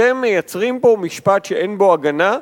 אתם מייצרים פה משפט שאין בו הגנה,